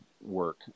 work